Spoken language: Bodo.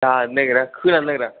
जानो नागिरा खोनानो नागिरा